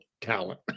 talent